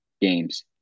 games